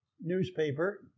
newspaper